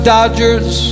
Dodgers